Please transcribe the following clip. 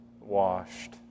washed